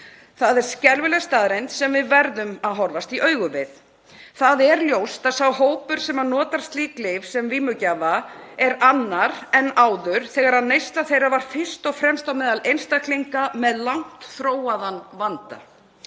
Það er skelfileg staðreynd sem við verðum að horfast í augu við. Það er ljóst að sá hópur sem notar slík lyf sem vímugjafa er annar en áður þegar neysla þeirra var fyrst og fremst á meðal einstaklinga með langt þróaðan vanda.